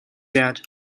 debt